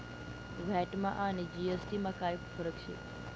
व्हॅटमा आणि जी.एस.टी मा काय फरक शे?